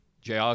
JR